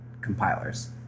compilers